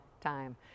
time